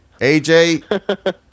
AJ